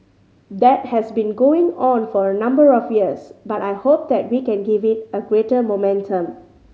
that has been going on for a number of years but I hope that we can give it a greater momentum